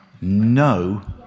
no